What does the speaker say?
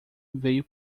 veio